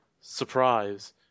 surprise